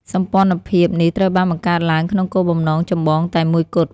សម្ព័ន្ធភាពនេះត្រូវបានបង្កើតឡើងក្នុងគោលបំណងចម្បងតែមួយគត់។